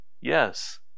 Yes